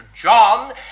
John